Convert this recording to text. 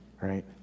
right